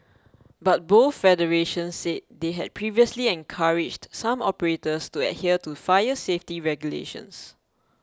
but both federations said they had previously encouraged some operators to adhere to fire safety regulations